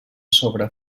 sobre